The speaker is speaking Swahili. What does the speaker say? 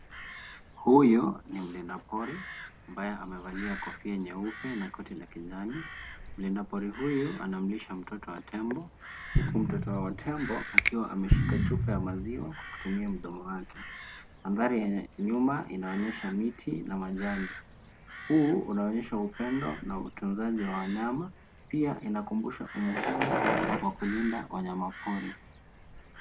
Huyu ni mlinda pori na amevalia kofia nyeupe na koti la kijani. mlinda pori huyu anamlisha mtoto wa tembo, huku mtoto wa tembo akiwa ameshika chupa ya maziwa kwa kutumia mdomo wake. Mandhari ya nyuma inaonyesha miti na majani. Huu unaonyesha upendo na utunzaji wa wanyama pia inakumbusha umuhimu, wa kulinda wanyama pori.